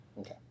Okay